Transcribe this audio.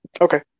okay